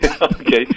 Okay